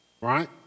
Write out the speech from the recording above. right